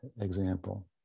example